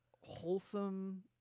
wholesome